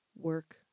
work